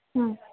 ಹ್ಞೂ